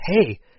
Hey